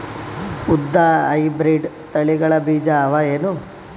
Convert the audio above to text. ಉದ್ದ ಹೈಬ್ರಿಡ್ ತಳಿಗಳ ಬೀಜ ಅವ ಏನು?